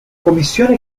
commissione